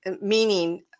Meaning